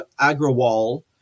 Agrawal